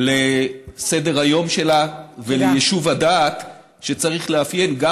לסדר-היום שלה וליישוב הדעת שצריך לאפיין גם